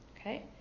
okay